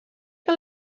que